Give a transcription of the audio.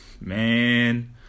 Man